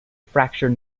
fracture